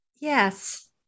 Yes